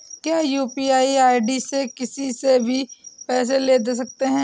क्या UPI ID से किसी से भी पैसे ले दे सकते हैं?